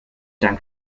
dank